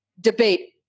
debate